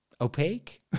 opaque